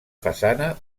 façana